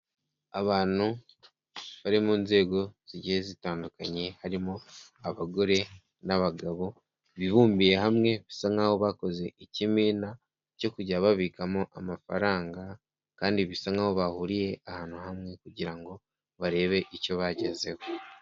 Abantu bari mu nzego zigiye zitandukanye, harimo abagore n'abagabo bibumbiye hamwe bisa nkaho bakoze ikimina cyo kujya babikamo amafaranga kandi bisa nkaho bahuriye ahantu hamwe kugira ngo barebe icyo bagezeho.